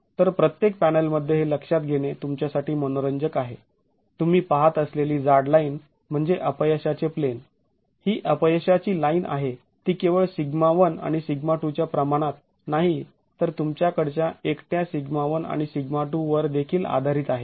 तर प्रत्येक पॅनलमध्ये हे लक्षात घेणे तुमच्यासाठी मनोरंजक आहे तुम्ही पहात असलेली जाड लाईन म्हणजे अपयशाचे प्लेन ही अपयशाची लाईन आहे ती केवळ σ1 ते σ2 च्या प्रमाणात नाहीतर तुमच्या कडच्या एकट्या σ1 किंवा σ2 वर देखील आधारित आहे